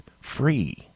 free